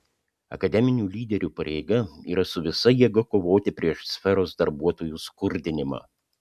akademinių lyderių pareiga yra su visa jėga kovoti prieš sferos darbuotojų skurdinimą